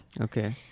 okay